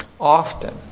Often